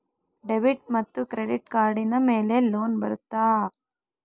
Debit ಮತ್ತು credit ಕಾರ್ಡಿನ ಮೇಲೆ ಲೋನ್ ಬರುತ್ತಾ?